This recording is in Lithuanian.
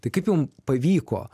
tai kaip jum pavyko